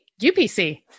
UPC